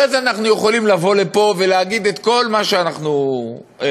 אחרי זה אנחנו יכולים לבוא לפה ולהגיד את כל מה שאנחנו רוצים,